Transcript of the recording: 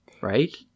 right